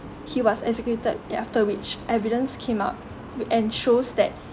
he was executed then after which evidence came up and shows that